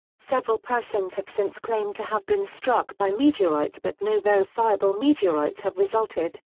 several persons have since claimed to have been struck by meteorites but no verifiable meteorites have resulted.